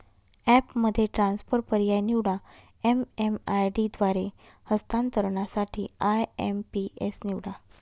ॲपमध्ये ट्रान्सफर पर्याय निवडा, एम.एम.आय.डी द्वारे हस्तांतरणासाठी आय.एम.पी.एस निवडा